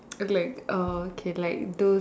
okay like okay like those